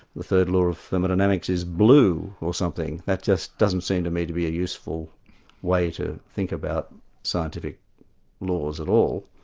the third law of thermodynamics is blue, or something, that just doesn't seem to me to be a useful way to think about scientific laws at all.